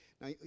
Now